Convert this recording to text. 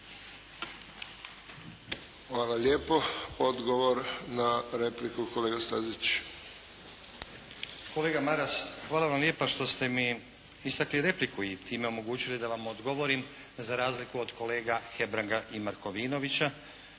Hvala lijepo. Odgovor na repliku kolega Stazić. **Stazić, Nenad (SDP)** Kolega Maras hvala vam lijepa što ste mi istakli repliku i time omogućili da vam odgovorim za razliku od kolega Hebranga i Markovinovića